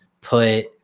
put